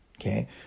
Okay